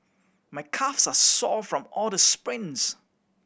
my calves are sore from all the sprints